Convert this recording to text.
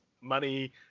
money